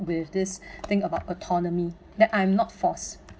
with this thing about autonomy that I'm not force